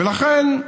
ולכן,